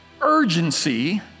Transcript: urgency